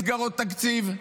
מסגרות תקציב,